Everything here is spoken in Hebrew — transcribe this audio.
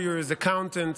lawyers, accountants,